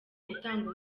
gutanga